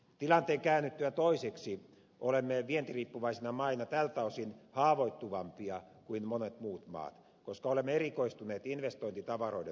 tilanteen käännyttyä toiseksi olemme vientiriippuvaisena maana tältä osin haavoittuvampia kuin monet muut maat koska olemme erikoistuneet investointitavaroiden tuotantoon